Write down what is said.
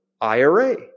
IRA